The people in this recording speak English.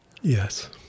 Yes